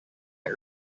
get